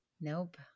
Nope